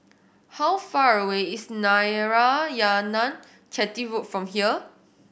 how far away is Narayanan Chetty Road from here